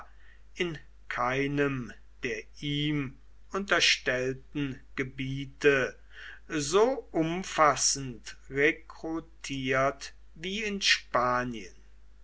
in keinem der ihm unterstellten gebiete so umfassend rekrutiert wie in spanien